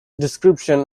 description